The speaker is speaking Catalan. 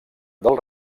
del